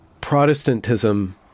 protestantism